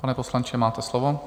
Pane poslanče, máte slovo.